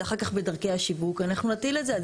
אחר כך בדרכי השיווק אנחנו נטיל את זה,